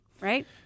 right